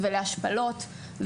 להשפלות,